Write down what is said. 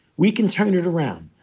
we can turn it around.